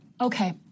okay